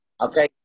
okay